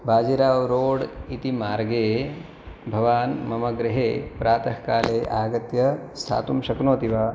Bajirao road इति मार्गे भवान् मम गृहे प्रातःकाले आगत्य स्थातुं शक्नोति वा